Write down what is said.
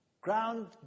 ground